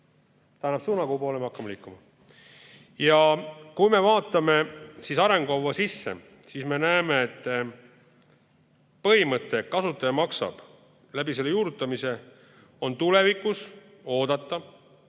Ta annab suuna, kuhupoole me hakkame liikuma. Kui me vaatame arengukava sisse, siis me näeme, et põhimõtte "Kasutaja maksab" juurutamisel on tulevikus oodata